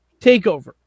TakeOver